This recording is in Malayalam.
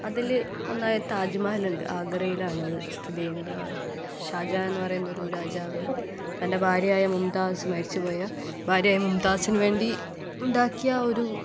അതിൽ ഒന്നായ താജ്മഹൽ ഉണ്ട് ആഗ്രയിലാണത് സ്ഥിതി ചെയ്യുന്നത് ഷാജഹാൻ എന്ന് പറയുന്നൊരു രാജാവ് തൻ്റെ ഭാര്യയായ മുംതാസ് മരിച്ചു പോയ ഭാര്യയായ മുംതാസിന് വേണ്ടി ഉണ്ടാക്കിയ ഒരു